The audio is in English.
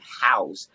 house